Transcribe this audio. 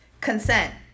Consent